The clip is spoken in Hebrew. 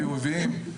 חיוביים יותר.